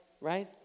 right